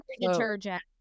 detergent